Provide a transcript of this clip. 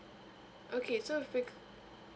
okay so with re~